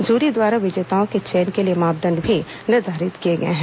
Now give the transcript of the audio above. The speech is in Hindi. जूरी द्वारा विजेताओं के चयन के लिए मापदण्ड भी निर्धारित किए गए हैं